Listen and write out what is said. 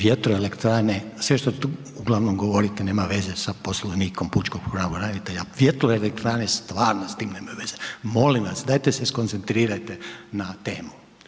vjetroelektrane, sve što uglavnom govorite nema veze sa Poslovnikom pučkog pravobranitelja, vjetroelektrane stvarno s tim nemaju veze. Molim vas dajte se skoncentrirajte na temu.